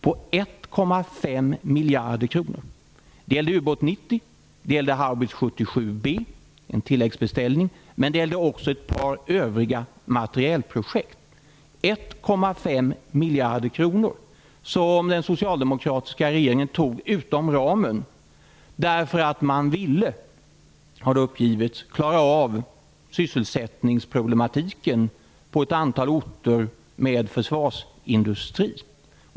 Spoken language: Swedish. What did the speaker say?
Det gällde ubåt 90 och haubits 77 B, en tilläggsbeställning, och ett par övriga materielprojekt på 1,5 miljarder kronor som den socialdemokratiska regeringen alltså beslutat om utom ram därför att man ville, som det har uppgivits, klara av sysselsättningsproblemen på ett antal orter med försvarsindustri.